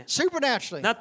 supernaturally